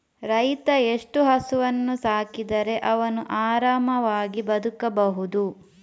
ರೈತ ಎಷ್ಟು ಹಸುವನ್ನು ಸಾಕಿದರೆ ಅವನು ಆರಾಮವಾಗಿ ಬದುಕಬಹುದು?